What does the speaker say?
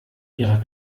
ihrer